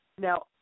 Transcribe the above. Now